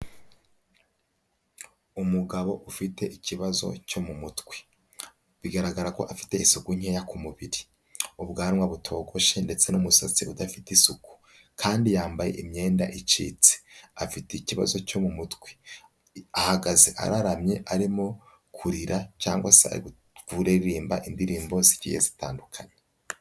Umugabo ufite ikibazo cyo mu mutwe, bigaragara ko afite isuku nkeya ku mubiri, ubwanwa butogoshe ndetse n'umusatsi udafite isuku, kandi yambaye imyenda icitse afite ikibazo cyo mu mutwe, ahagaze araramye arimo kurira cyangwa se ari kuririmba indirimbo zigiye zitandukanye.